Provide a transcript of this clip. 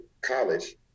college